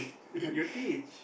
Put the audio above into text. you teach